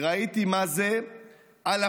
וראיתי מה זה אלפים,